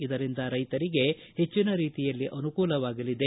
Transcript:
ಇದರಿಂದ ರೈತರಿಗೆ ಹೆಚ್ಚನ ರೀತಿಯಲ್ಲಿ ಅನುಕೂಲವಾಗಲಿದೆ